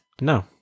No